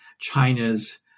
China's